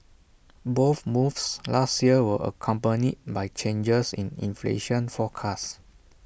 both moves last year were accompanied by changes in inflation forecast